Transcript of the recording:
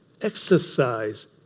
Exercise